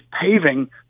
paving